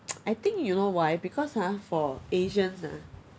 I think you know why because ha for asians ah